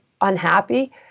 unhappy